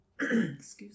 Excuse